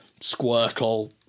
Squirtle